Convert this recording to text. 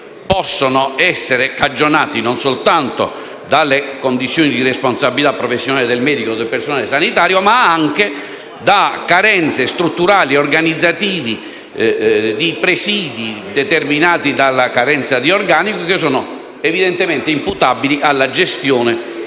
possano essere cagionati non soltanto per responsabilità professionale del medico e del personale sanitario, ma anche da carenze strutturali e organizzative di presidi, determinati dalla carenza di organico, che sono evidentemente imputabili alla gestione dell'ente.